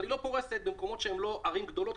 אבל היא לא פורסת במקומות שהם לא ערים גדולות,